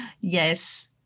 yes